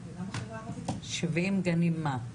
70 גנים מה?